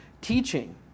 teaching